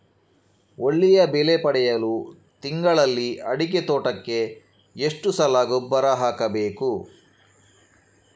ಒಳ್ಳೆಯ ಬೆಲೆ ಪಡೆಯಲು ತಿಂಗಳಲ್ಲಿ ಅಡಿಕೆ ತೋಟಕ್ಕೆ ಎಷ್ಟು ಸಲ ಗೊಬ್ಬರ ಹಾಕಬೇಕು?